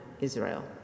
Israel